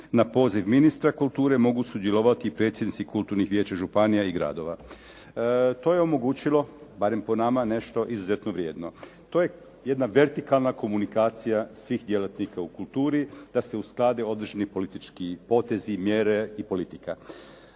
na poziv ministra kulture mogu sudjelovati predsjednici kulturnih vijeća županija i gradova. To je omogućilo barem po nama nešto izuzetno vrijedno. To je jedna vertikalna komunikacija svih djelatnika u kulturi da se usklade određeni politički potezi, mjere i politika.